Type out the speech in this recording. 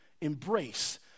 Embrace